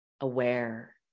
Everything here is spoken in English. aware